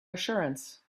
assurance